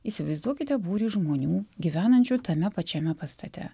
įsivaizduokite būrį žmonių gyvenančių tame pačiame pastate